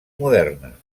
modernes